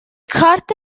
کارت